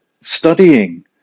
studying